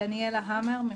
גם